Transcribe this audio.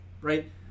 right